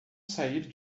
sair